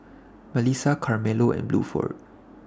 Malissa Carmelo and Bluford